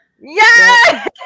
Yes